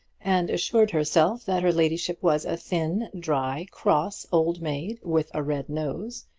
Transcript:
and assured herself that her ladyship was a thin, dry, cross old maid with a red nose,